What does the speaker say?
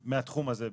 מהתחום הזה בעיקר.